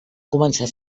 començar